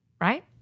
right